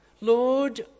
Lord